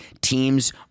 Teams